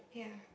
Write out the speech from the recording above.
ya